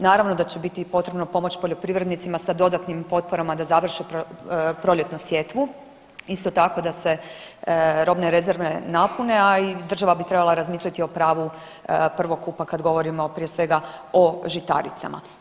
Naravno da će biti potrebno pomoć poljoprivrednicima sa dodatnim potporama da završe proljetnu sjetvu, isto tako da se robne rezerve napune, a i država bi trebala razmisliti o pravu prvokupa kad govorimo prije svega o žitaricama.